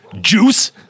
Juice